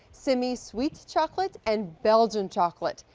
semi sweet chocolate, and belgian chocolate.